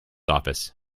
office